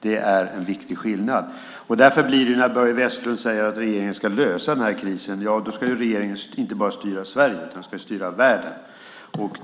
Det är en viktig skillnad. Börje Vestlund säger att regeringen ska lösa den här krisen. Då ska regeringen inte bara styra Sverige utan världen.